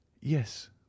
Yes